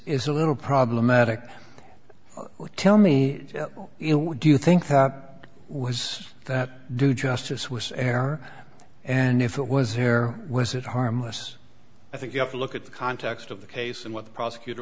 is a little problematic or tell me what do you think that was that due just to swiss air and if it was here was it harmless i think you have to look at the context of the case and what the prosecutor